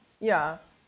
ya